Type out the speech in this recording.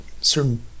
certain